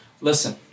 Listen